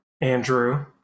Andrew